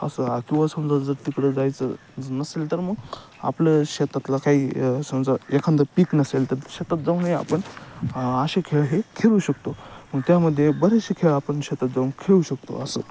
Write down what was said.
असं आ किंवा समजा जर तिकडं जायचं नसेल तर मग आपलं शेतातला काही समजा एखांद पीक नसेल तर शेतात जाऊनही आपण असे खेळ हे खेळू शकतो मग त्यामध्ये बरेचसे खेळ आपण शेतात जाऊन खेळू शकतो असं